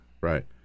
right